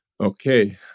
okay